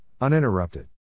uninterrupted